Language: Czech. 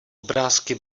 obrázky